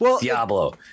Diablo